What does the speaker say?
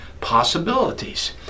possibilities